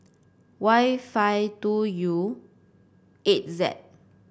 Y five two U eight Z